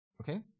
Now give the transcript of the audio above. Okay